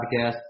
podcast